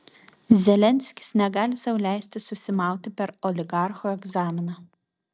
zelenskis negali sau leisti susimauti per oligarchų egzaminą